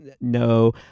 no